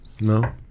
No